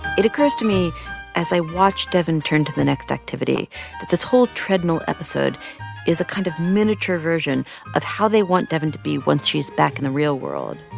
it occurs to me as i watched devyn turn to the next activity that this whole treadmill episode is a kind of miniature version of how they want devyn to be once she's back in the real world.